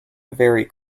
very